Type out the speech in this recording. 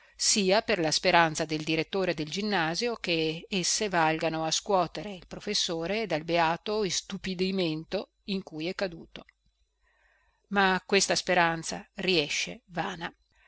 sia per la speranza del direttore del ginnasio che esse valgano a scuotere il professore dal beato istupidimento in cui è caduto ma questa speranza riesce vana